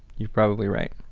you're probably right.